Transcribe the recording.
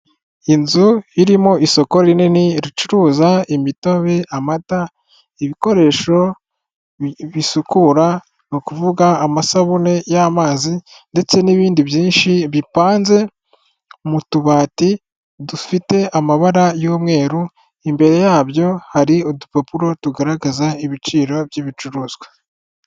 Iyi inzu irimo isoko rinini ricuruza imitobe amata ibikoresho bisukura, ni ukuvuga amasabune y'amazi ndetse n'ibindi byinshi bipanze mu tubati dufite amabara y'umweru imbere yabyo hari udupapuro tugaragaza ibiciro by'ibicuruzwa.